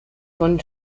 von